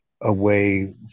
away